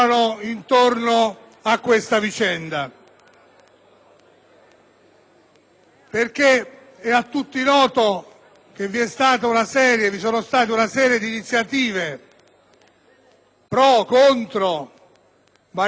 vicenda. È a tutti noto che vi sono state una serie di iniziative pro o contro variamente qualificate, o squalificate,